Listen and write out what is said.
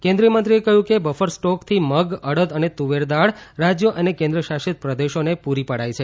કેન્દ્રીય મંત્રીએ કહ્યું કે બફર સ્ટોકથી મગ અડદ અને તુવેર દાળ રાજ્યો અને કેન્દ્ર શાસિત પ્રદેશોને પુરી પડાઈ છે